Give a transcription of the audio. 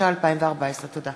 התשע"ה 2014. תודה